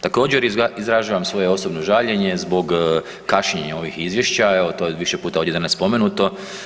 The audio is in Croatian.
Također izražavam svoje osobno žaljenje zbog kašnjenja ovih izvješća, evo to je više puta danas ovdje spomenuto.